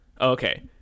Okay